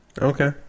Okay